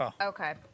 Okay